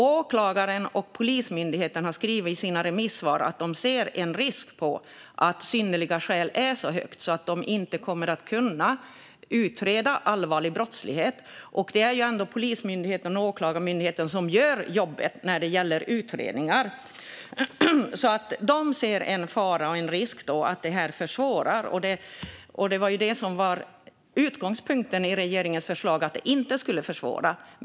Åklagarna och Polismyndigheten har skrivit i sina remissvar att de ser en risk med att synnerliga skäl är ett så högt krav att de inte kommer att kunna utreda allvarlig brottslighet. Det är ändå Polismyndigheten och Åklagarmyndigheten som gör jobbet när det gäller utredningar. De ser alltså en fara och en risk att detta försvåras. Det var ju det som var utgångspunkten i regeringens förslag, att det inte skulle försvåra.